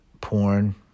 porn